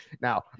Now